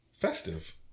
festive